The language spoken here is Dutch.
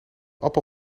appel